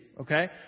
Okay